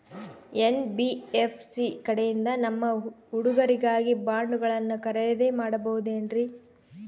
NBFC ಕಡೆಯಿಂದ ನಮ್ಮ ಹುಡುಗರಿಗಾಗಿ ಬಾಂಡುಗಳನ್ನ ಖರೇದಿ ಮಾಡಬಹುದೇನ್ರಿ?